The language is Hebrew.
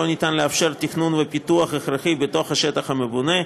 לאפשר תכנון ופיתוח הכרחי בתוך השטח המבונה,